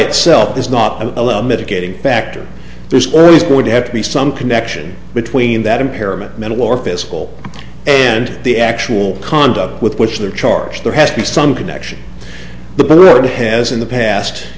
itself is not a mitigating factor there's always going to have to be some connection between that impairment mental or physical and the actual conduct with which they're charged there has to be some connection but the road has in the past